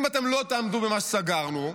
אם לא תעמדו במה שסגרנו,